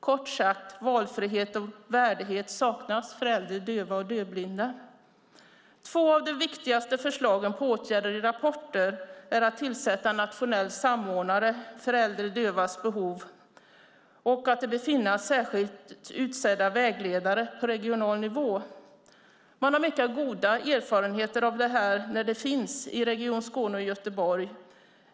Kort sagt: Valfrihet och värdighet saknas för äldre döva och dövblinda. Två av de viktigaste förslagen på åtgärder i rapporten är att tillsätta en nationell samordnare för äldre dövas behov och att det bör finnas särskilt utsedda vägledare på regional nivå. Man har mycket goda erfarenheter där de finns i Region Skåne och i Göteborg.